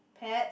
pets